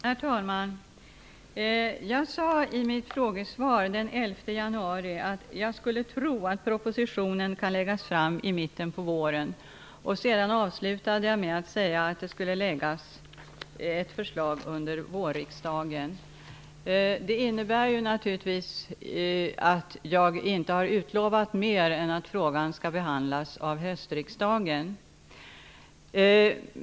Herr talman! Jag sade i mitt frågesvar den 11 januari att jag skulle tro att en proposition kan läggas fram i mitten på våren. Jag avslutade med att säga att det skulle läggas fram ett förslag under vårriksdagen. Det innebär naturligtvis att jag inte har utlovat mer än att frågan skall behandlas under höstriksdagen.